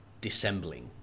dissembling